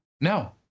No